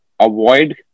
avoid